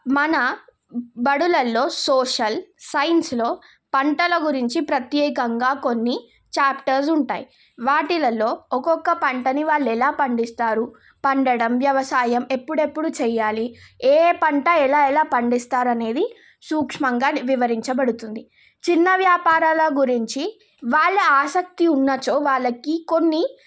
మన బడులల్లో సోషల్ సైన్స్లో పంటల గురించి ప్రత్యేకంగా కొన్ని చాప్టర్స్ ఉంటాయి వాటిలలో ఒక్కొక్క పంటని వాళ్ళు ఎలా పండిస్తారు పండడం వ్యవసాయం ఎప్పుడెప్పుడు చెయ్యాలి ఏ పంట ఎలా ఎలా పండిస్తారనేది సూక్ష్మంగా వివరించబడుతుంది చిన్న వ్యాపారాల గురించి వాళ్ళ ఆసక్తి ఉన్నచో వాళ్ళకి కొన్ని